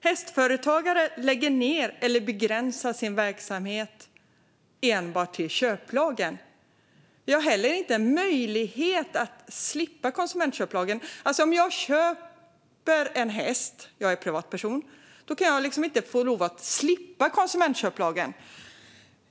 Hästföretagare lägger ned eller begränsar sin verksamhet till enbart sådant som omfattas av köplagen. Det finns heller inte möjlighet att slippa konsumentköplagen. Om jag som privatperson köper en häst kan jag inte få lov att slippa konsumentköplagen.